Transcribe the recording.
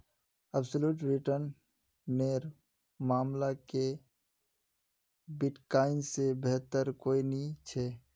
absolute return नेर मामला क बिटकॉइन से बेहतर कोई नी छे